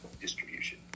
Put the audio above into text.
distribution